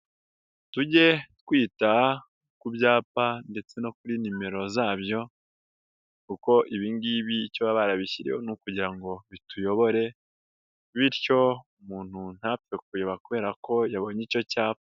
Tujye twita ku byapa ndetse no kuri nimero zabyo kuko ibi ngibi icyo baba barabishyiho ni ukugira ngo bituyobore, bityo umuntu ntapfe kuyoba kubera ko yabonye icyo cyapa.